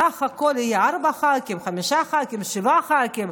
בסך הכול ארבעה ח"כים, חמישה ח"כים, שבעה ח"כים.